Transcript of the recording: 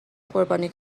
قربانی